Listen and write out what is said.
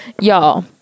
y'all